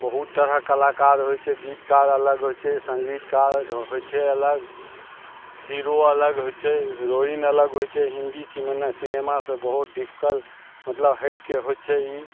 बहुत तरहक कलाकार होइ छै गीतकार अलग होइ छै संगीतकार होइ छै अलग हीरो अलग होइ छै हीरोइन अलग होइ छै हिन्दी सिनेमा सँ बहुत डिफिकल्ट मतलब हैटके होइ छै ई